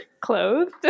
Clothed